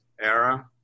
era